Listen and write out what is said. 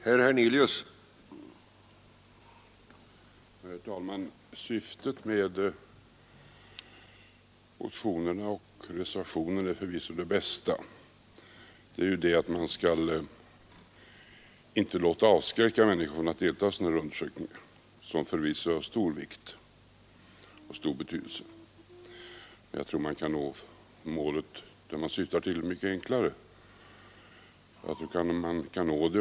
Herr talman! Syftet med motionen och reservationen är förvisso det bästa: man vill inte avskräcka människor från att delta i sådan här undersökning, som säkerligen är av stor vikt och betydelse. Jag tror att man kan nå det mål man syftar till mycket enklare.